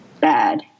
bad